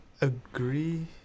agree